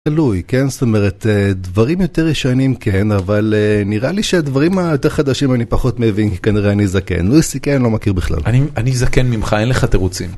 תלוי, כן זאת אומרת, דברים יותר ראשוניים כן, אבל נראה לי שהדברים היותר חדשים אני פחות מבין כי כנראה אני זקן. לא מכיר בכלל. אני זקן ממך, אין לך תירוצים.